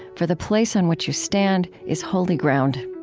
for the place on which you stand is holy ground